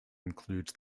includes